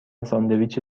ساندویچ